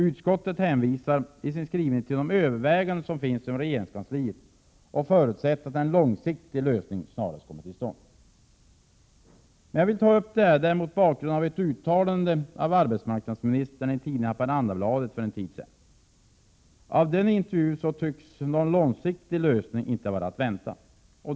Utskottet hänvisar i sin skrivning till de överväganden som görs inom regeringskansliet och förutsätter att en långsiktig lösning snarast kommer till stånd. Jag vill också ta upp den här frågan mot bakgrund av ett uttalande av arbetsmarknadsministern i tidningen Haparandabladet för en tid sedan. Enligt intervjun tycks någon långsiktig lösning inte vara att vänta.